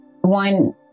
one